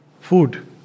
food